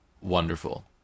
wonderful